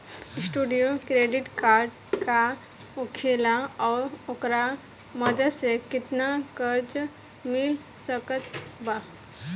Student credit card का होखेला और ओकरा मदद से केतना कर्जा मिल सकत बा?